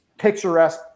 Picturesque